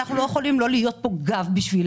אנחנו לא יכולים לא להיות כאן גב עבורן